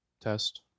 test